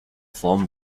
formed